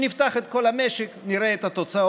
כשנפתח את כל המשק, נראה את התוצאות.